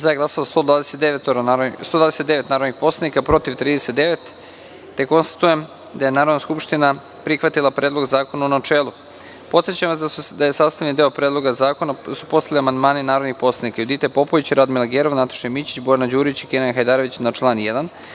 173 narodna poslanika. Konstatujem da je Narodna skupština prihvatila Predlog zakona, u načelu. Podsećam vas da su sastavni deo Predloga zakona postali amandmani narodnih poslanika: Judite Popović, Radmile Gerov, Nataše Mićić, Bojana Đurića i Kenana Hajdarevića na član 1,